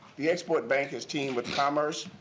the export bank has teamed with commerce,